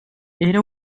era